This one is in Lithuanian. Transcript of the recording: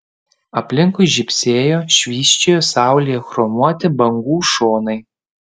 aplinkui žybsėjo švysčiojo saulėje chromuoti bangų šonai